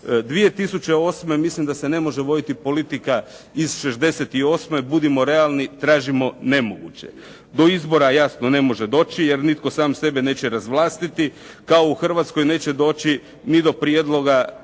2008. je, mislim da se ne može voditi politika iz '68., budimo realni tražimo nemoguće. Do izbora jasno ne može doći jer nitko sam sebe neće razvlastiti kao u Hrvatskoj neće doći ni do prijedloga